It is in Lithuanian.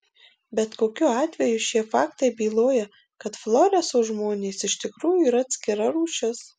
bet kokiu atveju šie faktai byloja kad floreso žmonės iš tikrųjų yra atskira rūšis